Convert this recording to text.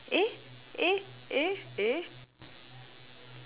eh eh eh eh